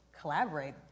collaborate